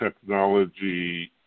technology